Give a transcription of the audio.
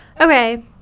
Okay